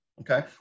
okay